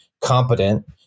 competent